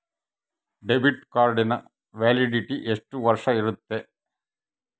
Debit ಕಾರ್ಡಿನ validity ಎಷ್ಟು ವರ್ಷ ಇರುತ್ತೆ?